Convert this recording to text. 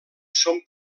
són